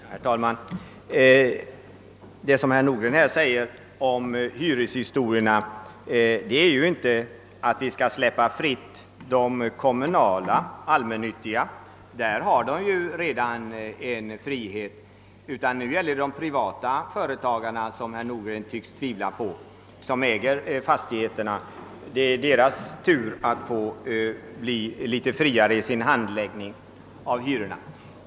Herr talman! Med anledning av vad herr Nordgren här säger om hyrorna vill jag framhålla att det ju inte är fråga om ett frisläppande för de kommunala allmännyttiga företagens del. Dessa har redan en viss frihet. Nu gäller det att ge litet större frihet i fråga om hyrorna åt de privata företagarna som herr Nordgren alltså tycks hysa betänkligheter mot.